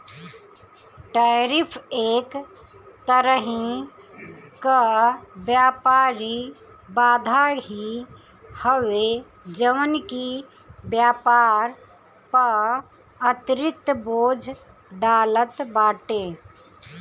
tariff एक तरही कअ व्यापारिक बाधा ही हवे जवन की व्यापार पअ अतिरिक्त बोझ डालत बाटे